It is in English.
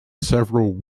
several